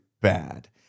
bad